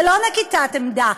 זה לא נקיטת עמדה,